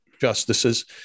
justices